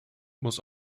muss